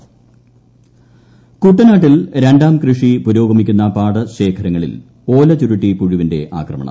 Alappuzha intro കുട്ടനാട്ടിൽ രണ്ടാം കൃഷി പുരോഗമിക്കുന്ന പാടശേഖരങ്ങളിൽ ഓല ചുരുട്ടി പുഴുവിന്റെ ആക്രമണം